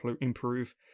improve